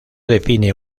define